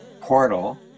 portal